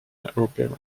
opera